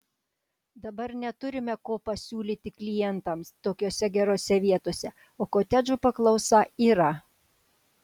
dabar neturime ko pasiūlyti klientams tokiose gerose vietose o kotedžų paklausa yra